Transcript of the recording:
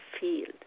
field